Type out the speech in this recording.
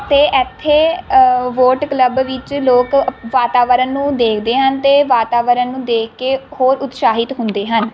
ਅਤੇ ਇੱਥੇ boat club ਵਿੱਚ ਲੋਕ ਵਾਤਾਵਰਨ ਨੂੰ ਦੇਖਦੇ ਹਨ ਅਤੇ ਵਾਤਾਵਰਨ ਨੂੰ ਦੇਖ ਕੇ ਹੋਰ ਉਤਸ਼ਾਹਿਤ ਹੁੰਦੇ ਹਨ